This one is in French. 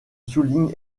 souligne